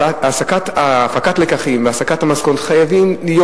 הפקת הלקחים והסקת המסקנות חייבות להיות.